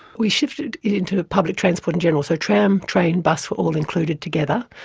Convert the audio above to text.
we shifted it into public transport in general, so tram, train, bus were all included together.